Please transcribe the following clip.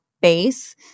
base